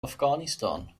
afghanistan